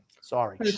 Sorry